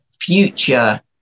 future